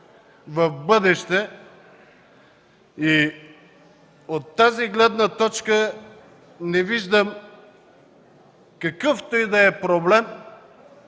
в бъдеще. От тази гледна точка не виждам какъвто и да е проблем